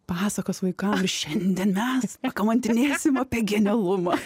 pasakos vaikams šiandien mes kamantinėsim apie genialumą